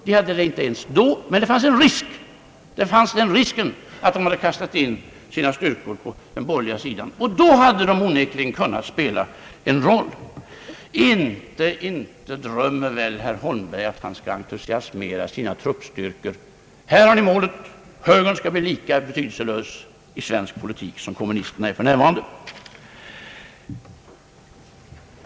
De fick det inte ens då, men det fanns en risk för att de skulle ha kastat in sina styrkor på den borgerliga sidan. Då hade de onekligen kunnat spela en roll. Inte drömmer väl herr Holmberg om att han skall entusiasmera sina styrkor genom att säga: Här har ni målet: Högern skall bli lika betydelselös i svensk politik som kommunisterna är för närvarande.